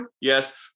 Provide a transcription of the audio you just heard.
yes